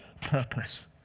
purpose